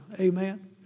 Amen